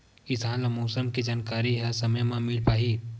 किसान ल मौसम के जानकारी ह समय म मिल पाही?